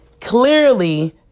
clearly